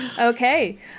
Okay